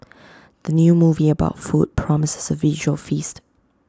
the new movie about food promises A visual feast